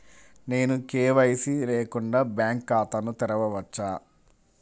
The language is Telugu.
నేను కే.వై.సి లేకుండా బ్యాంక్ ఖాతాను తెరవవచ్చా?